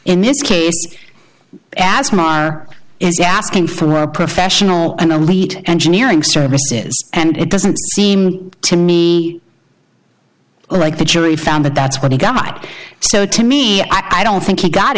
in this case as maher is asking for a professional an elite engineering services and it doesn't seem to me like the jury found that that's what he got so to me i don't think he got